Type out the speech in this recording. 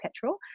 petrol